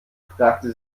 fragte